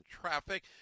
traffic